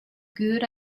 good